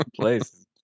place